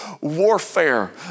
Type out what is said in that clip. warfare